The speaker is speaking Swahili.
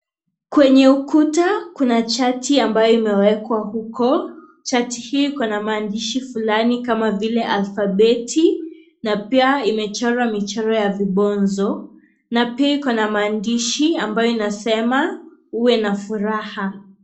Kwenye ukuta kuna chati ambayo imewekwa huko. Chati hii iko na maandishi fulani kama vile alfabeti na pia imechorwa michoro ya vibonzo. Na pia iko na maandishi ambayo inasema uwe na furaha.